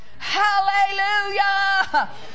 Hallelujah